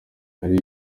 ari